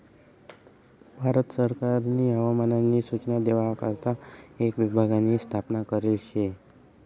भारत सरकारनी हवामान नी सूचना देवा करता एक विभाग नी स्थापना करेल शे